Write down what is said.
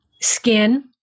Skin